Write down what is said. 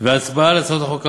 וההצבעה על הצעות החוק כאמור,